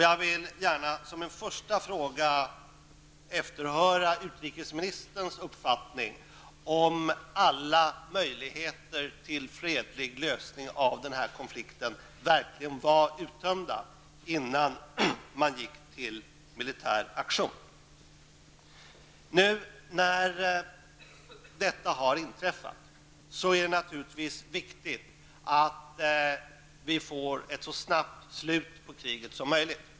Jag vill som en första fråga efterhöra utrikesministerns uppfattning om huruvida alla möjligheter till fredlig lösning av denna konflikt verkligen var uttömda innan man gick till militär aktion. När nu detta har inträffat är det naturligtvis viktigt att vi får ett så snabbt slut på kriget som möjligt.